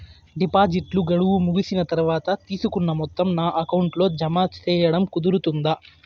డిపాజిట్లు గడువు ముగిసిన తర్వాత, తీసుకున్న మొత్తం నా అకౌంట్ లో జామ సేయడం కుదురుతుందా?